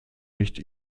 nicht